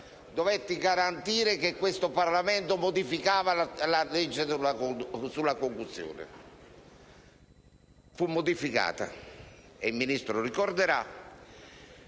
dovetti garantire che questo Parlamento modificava la legge sulla concussione. Fu modificata e il Ministro ricorderà